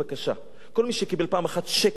כל מי שקיבל פעם אחת שקל מהנוצרים,